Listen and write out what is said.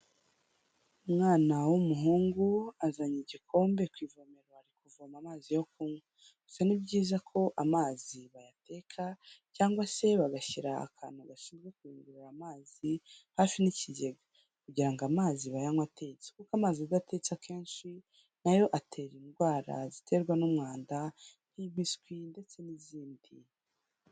Umwana w'umuhungu azanye igikombe ku ivomero ari kuvoma amazi yo kunywa, gusa ni byiza ko amazi bayateka cyangwa se bagashyira akantu gashinzwe kuyungurura amazi, hafi n'ikigega kugira ngo amazi bayanywe atetse kuko amazi adatetse kenshi na yo atera indwara ziterwa n'umwanda nk'impiswi ndetse n'izindi.